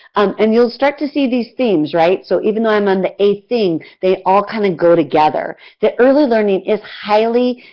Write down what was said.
um and you will start to see these things, right. that so even though i am on the eighth thing, they all kind of go together. that early learning is highly